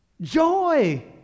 Joy